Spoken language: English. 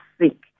seek